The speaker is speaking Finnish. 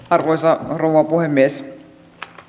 arvoisa rouva puhemies